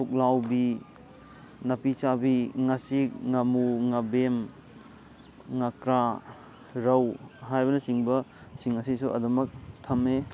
ꯄꯨꯛꯂꯥꯎꯕꯤ ꯅꯥꯄꯤ ꯆꯥꯕꯤ ꯉꯥꯆꯤꯛ ꯉꯃꯨ ꯉꯥꯕꯦꯝ ꯉꯛꯀ꯭ꯔꯥ ꯔꯧ ꯍꯥꯏꯕꯅ ꯆꯤꯡꯕꯁꯤꯡ ꯑꯁꯤꯁꯨ ꯑꯗꯨꯃꯛ ꯊꯝꯃꯦ